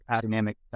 dynamic